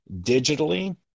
digitally